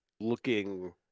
looking